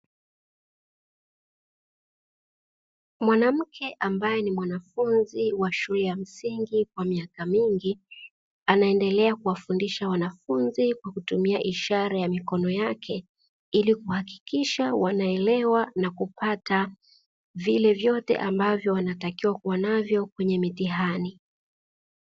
Mwanamke ambaye ni mwanafunzi wa shule ya msingi kwa miaka mingi anaendelea kuwafundisha wanafunzi kwa kutumia ishara ya mikono yake, ili kuhakikisha wanaelewa nakupata vile vyote ambavyo anatakiwa kuwa navyo kwenye mitihani.